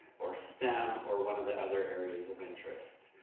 or stem, or one of the other areas of interest.